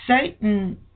Satan